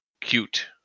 cute